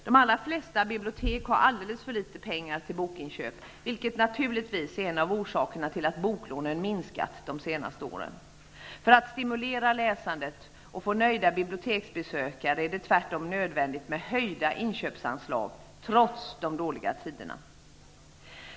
De allra flesta bibliotek har alldeles för litet pengar till bokinköp, vilket naturligtvis är en av orsakerna till att boklånen har minskat de senaste åren. För att stimulera läsandet och få nöjda biblioteksbesökare är det tvärtom nödvändigt med höjda inköpsanslag -- trots de dåliga tiderna.